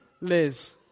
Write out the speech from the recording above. Liz